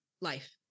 life